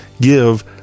give